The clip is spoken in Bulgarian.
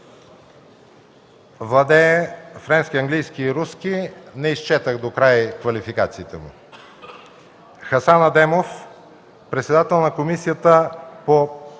Владее френски, английски и руски. Не изчетох докрай квалификациите му. - Хасан Адемов. Председател е на Комисията по труда